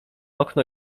okno